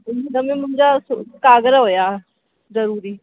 उनमें मुंहिंजा काग़र हुया ज़रूरी